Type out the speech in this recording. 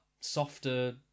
softer